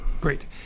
Great